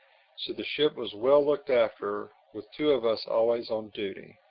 so the ship was well looked after, with two of us always on duty.